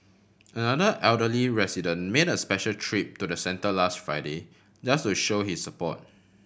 another elderly resident made a special trip to the centre last Friday just to show his support